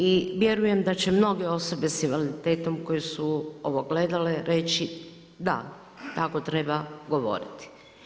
I vjerujem da će mnoge osobe sa invaliditetom koje su ovo gledale reći da, tako treba govoriti.